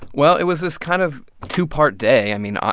well, it was this kind of two-part day i mean, ah